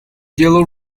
yellow